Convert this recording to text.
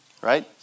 right